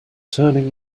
turning